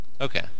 Okay